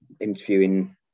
interviewing